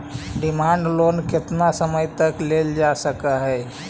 demand loan केतना समय तक लेल जा सकऽ हई